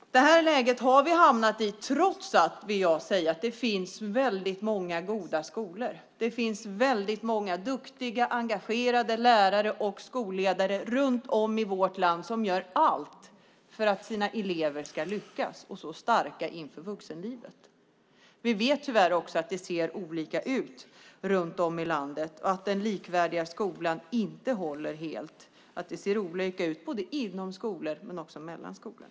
Det här läget har vi hamnat i trots att det finns väldigt många goda skolor. Det finns väldigt många duktiga engagerade lärare och skolledare i vårt land som gör allt för att deras elever ska lyckas och stå starka inför vuxenlivet. Vi vet att det tyvärr ser olika ut runt om i landet och att den likvärdiga skolan inte håller helt. Det ser olika ut både inom skolor och mellan skolor.